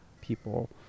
people